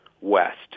West